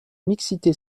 mixité